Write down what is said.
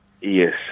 Yes